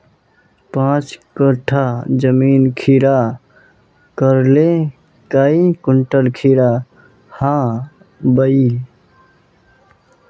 पाँच कट्ठा जमीन खीरा करले काई कुंटल खीरा हाँ बई?